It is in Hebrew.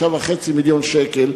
6.5 מיליוני שקלים.